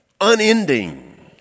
unending